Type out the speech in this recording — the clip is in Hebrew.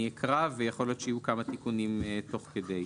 אקרא ויכול להיות שיהיו כמה תיקונים תוך כדי.